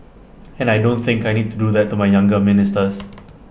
and I don't think I need to do that to my younger ministers